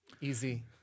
Easy